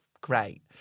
Great